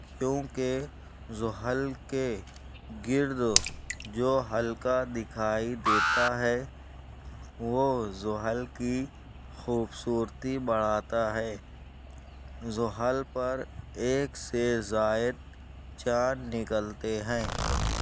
کیونکہ زحل کے گرد جو حلقہ دکھائی دیتا ہے وہ زحل کی خوبصورتی بڑھاتا ہے زحل پر ایک سے زائد چاند نکلتے ہیں